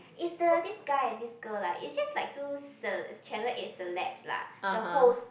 it's the this guy and this girl like it's just like two ce~ channel eight celebs lah the host